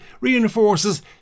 reinforces